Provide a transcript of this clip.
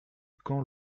camp